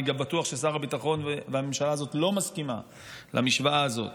אני גם בטוח ששר הביטחון והממשלה הזאת לא מסכימים למשוואה הזאת.